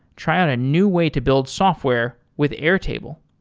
try out a new way to build software with airtable.